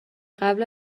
قبل